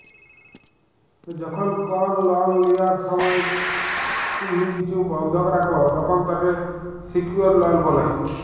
যখল কল লল লিয়ার সময় তুম্হি কিছু বল্ধক রাখ, তখল তাকে সিকিউরড লল ব্যলে